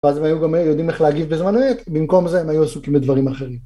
ואז הם היו גם יודעים איך להגיב בזמן אמת, במקום זה הם היו עסוקים דברים אחרים.